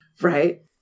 Right